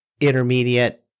intermediate